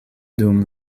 dum